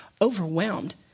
overwhelmed